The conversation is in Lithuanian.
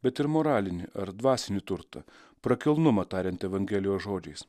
bet ir moralinį ar dvasinį turtą prakilnumą tariant evangelijos žodžiais